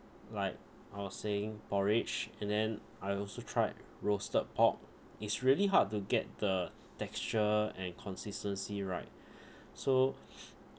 like I was saying porridge and then I also tried roasted pork is really hard to get the texture and consistency right so